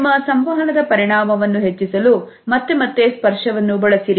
ನಿಮ್ಮ ಸಂವಹನದ ಪರಿಣಾಮವನ್ನು ಹೆಚ್ಚಿಸಲು ಮತ್ತೆ ಮತ್ತೆ ಸ್ಪರ್ಶವನ್ನು ಬಳಸಿರಿ